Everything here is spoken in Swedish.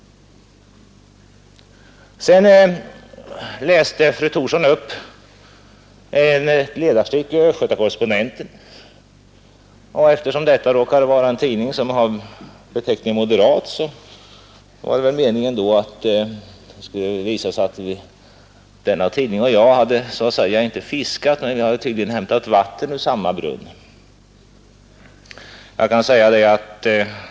Fru Thorsson läste upp ett ledarstick ur Östgöta Correspondenten. Nr 145 Eftersom denna tidning råkar HR beteckningen Moderat; var det väl Fredagen den meningen att visa att den och jag hade så att säga hämtat vatten, ur 10 december 1971 samma brunn.